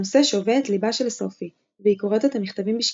הנושא שובה את ליבה של סופי והיא קוראת את המכתבים בשקיקה.